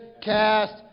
cast